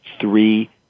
three